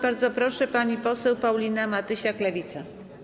Bardzo proszę, pani poseł Paulina Matysiak, Lewica.